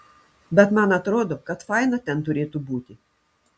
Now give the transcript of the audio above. bet man atrodo kad faina ten turėtų būti